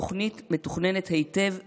בתוכנית מתוכננת היטב ומראש,